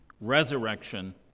resurrection